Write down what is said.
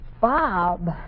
Bob